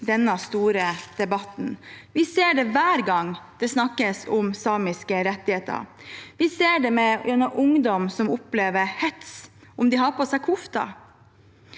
denne store debatten. Vi ser det hver gang det snakkes om samiske rettigheter. Vi ser det gjennom ungdom som opplever hets om de har på seg kofte.